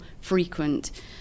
frequent